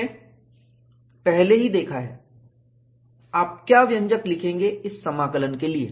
हमने पहले ही देखा है आप क्या व्यंजक लिखेंगे इस समाकलन के लिए